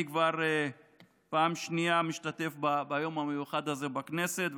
אני כבר פעם שנייה משתתף ביום המיוחד הזה בכנסת,